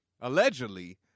allegedly